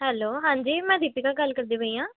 hello ਹਾਂਜੀ ਮੈਂ ਦੀਪਿਕਾ ਗੱਲ ਕਰਦੀ ਪਈ ਹਾਂ